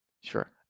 Sure